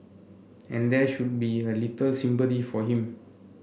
and there should be a little sympathy for him